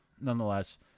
nonetheless